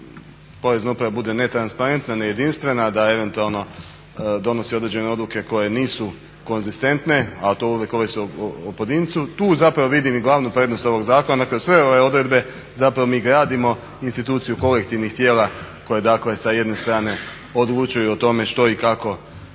da Porezna uprava bude netransparentna, nejedinstvena da eventualno donosi određene odluke koje nisu konzistentne, to uvijek ovisi o pojedincu tu vidim i glavnu prednost ovog zakona. dakle sve ove odredbe mi gradimo instituciju kolektivnih tijela koja sa jedne strane odlučuju o tome što i kako odobriti